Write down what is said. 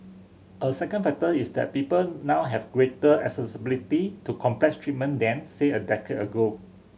a second factor is that people now have greater accessibility to complex treatment than say a decade ago